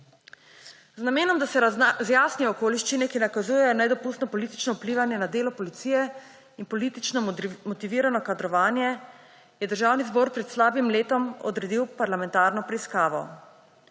Z namenom, da se razjasnijo okoliščine, ki nakazujejo na nedopustno politično vplivanje na delo policije in politično motivirano kadrovanje, je Državni zbor pred slabim letom odredil parlamentarno preiskavo.